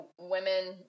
women